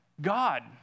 God